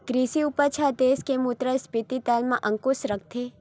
कृषि उपज ह देस के मुद्रास्फीति दर म अंकुस रखथे